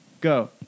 Go